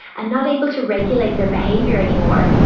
and not able to regulate their behaviour anymore.